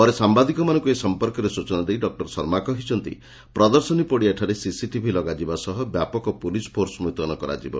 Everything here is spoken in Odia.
ପରେ ସାମ୍ୟାଦିକମାନଙ୍କୁ ଏ ସମ୍ପର୍କରେ ସୂଚନା ଦେଇ ଡକ୍ଟର ଶର୍ମା କହିଛନ୍ତି ପ୍ରଦର୍ଶନୀ ପଡିଆଠାରେ ସିସିଟିଭି ଲଗାଯିବା ସହ ବ୍ୟାପକ ପୋଲିସ ଫୋର୍ସ ମୁତୟନ କରାଯିବ